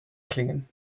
klingen